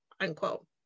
unquote